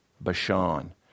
Bashan